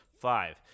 five